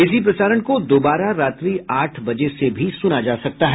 इसी प्रसारण को दोबारा रात्रि आठ बजे से भी सुना जा सकता है